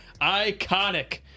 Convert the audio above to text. ICONIC